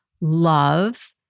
love